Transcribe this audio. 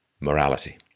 morality